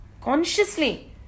Consciously